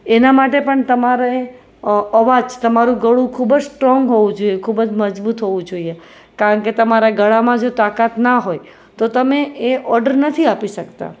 એના માટે પણ તમારે અવાજ તમારું ગળું ખૂબ જ સ્ટ્રોંગ હોવું જોઈએ ખૂબ જ મજબૂત હોવું જોઈએ કારણ કે તમારા ગળામાં જ તાકાત ના હોય તો તમે એ ઓર્ડર નથી આપી શકતા